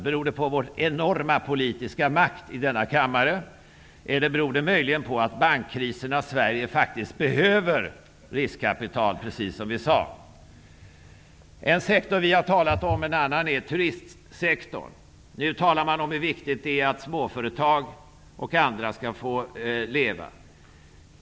Beror det på vår enorma politiska makt här i kammaren, eller beror det möjligen på att bankkrisernas Sverige faktiskt behöver riskkapital, precis som vi sade? En annan sektor som vi har talat om är turistsektorn. Nu talar man om hur viktigt det är att bl.a. småföretag får leva.